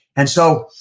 and so,